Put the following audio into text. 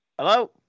Hello